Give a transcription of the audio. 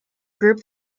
group